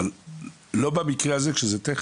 אבל לא במקרה הזה כשזה טכני.